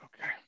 okay